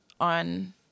on